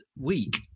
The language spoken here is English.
week